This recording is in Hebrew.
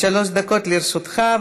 שלוש דקות לרשותך,